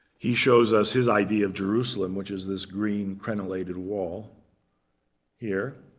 he shows us his idea of jerusalem, which is this green crenellated wall here.